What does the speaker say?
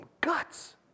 guts